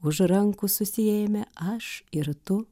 už rankų susiėmę aš ir tu